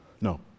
no